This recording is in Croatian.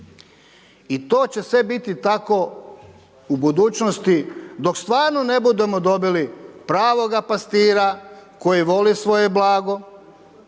I to će sve biti tako u budućnosti, dok stvarno ne budemo dobili pravoga pastira koji voli svoje blago